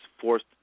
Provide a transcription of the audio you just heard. forced